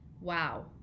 Wow